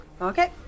Okay